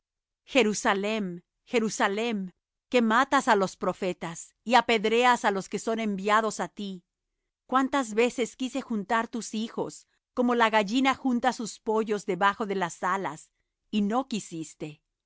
jerusalem jerusalem que matas á los profetas y apedreas á los que son enviados á ti cuántas veces quise juntar tus hijos como la gallina junta sus pollos debajo de las alas y no quisiste